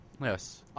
Yes